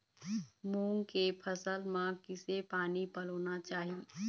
मूंग के फसल म किसे पानी पलोना चाही?